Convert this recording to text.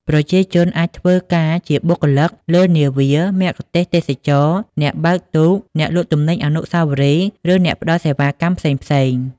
ប្រជាជនអាចធ្វើការជាបុគ្គលិកលើនាវា មគ្គុទ្ទេសក៍ទេសចរណ៍ អ្នកបើកទូក អ្នកលក់ទំនិញអនុស្សាវរីយ៍ ឬអ្នកផ្តល់សេវាកម្មផ្សេងៗ។